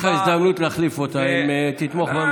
יש לך הזדמנות להחליף אותה, אם תתמוך בממשלה.